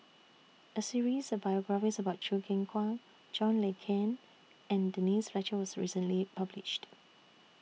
A series of biographies about Choo Keng Kwang John Le Cain and Denise Fletcher was recently published